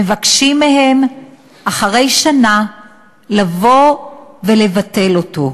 מבקשים מהם אחרי שנה לבוא ולבטל אותו.